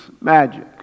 magic